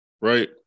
Right